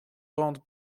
grande